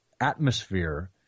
atmosphere